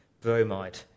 bromide